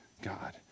God